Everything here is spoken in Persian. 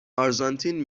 آرژانتین